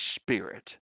spirit